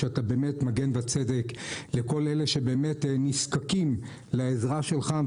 שאתה מגן וצדק לכל אלה שנזקקים לעזרה שלך,